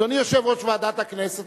אדוני יושב-ראש ועדת הכנסת,